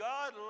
God